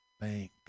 Bank